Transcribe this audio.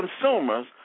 consumers